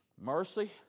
Mercy